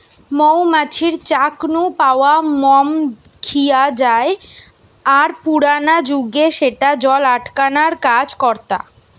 মৌ মাছির চাক নু পাওয়া মম খিয়া জায় আর পুরানা জুগে স্যাটা জল আটকানার কাজ করতা